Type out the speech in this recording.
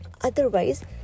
otherwise